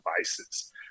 devices